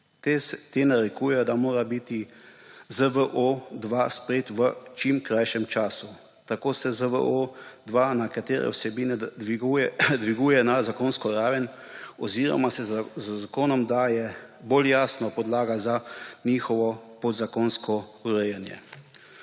Te narekujejo, da mora biti ZVO-2 sprejet v čim krajšem času. Tako se z ZVO-2 nekatere vsebine dviguje na zakonsko raven oziroma se z zakonom daje bolj jasna podlaga za njihovo podzakonsko urejanje.